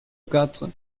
quatre